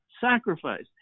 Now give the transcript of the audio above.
sacrifice